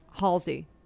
Halsey